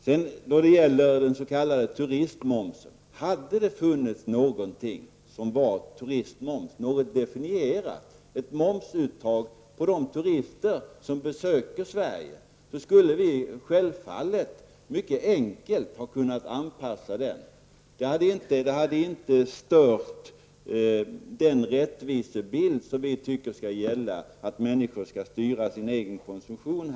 Så till den s.k. turistmomsen. Hade det funnits något definierat momsuttag på de turister som besöker Sverige, så skulle vi självfallet mycket enkelt kunnat anpassa denna turistmoms. Det hade inte stört den rättvisebild som vi tycker skall råda, att människor skall styra sin egen konsumtion.